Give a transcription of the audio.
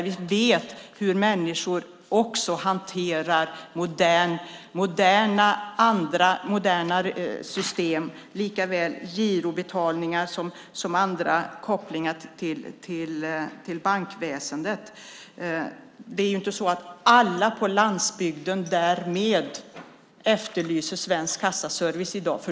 Vi vet att människor också hanterar andra moderna system. Det gäller likaväl girobetalningar som andra kopplingar till bankväsendet. Det är inte så att alla på landsbygden därmed efterlyser Svensk Kassaservice i dag.